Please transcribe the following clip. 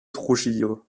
trujillo